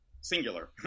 singular